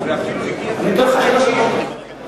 ואפילו, אני נותן לך שלוש דקות.